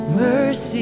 mercy